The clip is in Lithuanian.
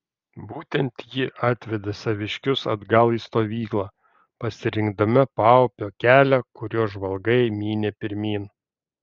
būtent ji atvedė saviškius atgal į stovyklą pasirinkdama paupio kelią kuriuo žvalgai mynė pirmyn